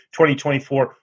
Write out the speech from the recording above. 2024